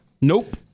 Nope